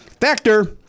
Factor